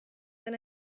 than